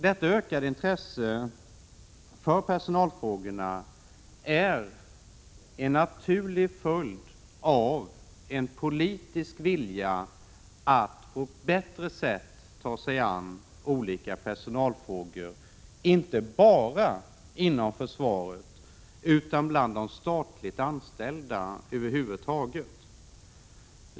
Detta ökade intresse för personalfrågor är en naturlig följd av en politisk vilja att på ett bättre sätt ta sig an olika personalfrågor, inte bara inom försvaret utan bland de statligt anställda över huvud taget.